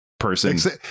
person